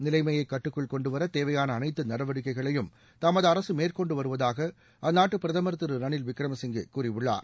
நிலைமையை கட்டுக்குள் கொண்டுவர தேவையான அனைத்து நடவடிக்கைகளையும் தமது அரசு மேற்கொண்டு வருவதாக அந்நாட்டு பிரதமர் திரு ரணில் விக்கிரமசிங்கே கூறியுள்ளார்